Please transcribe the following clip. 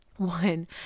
one